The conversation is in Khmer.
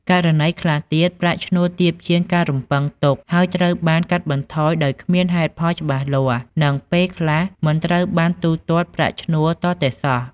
ករណីខ្លះទៀត ប្រាក់ឈ្នួលទាបជាងការរំពឹងទុក ហើយត្រូវបានកាត់បន្ថយដោយគ្មានហេតុផលច្បាស់លាស់ និងពេលខ្លះមិនត្រូវបានទូទាត់ប្រាក់ឈ្នួលទាល់តែសោះ។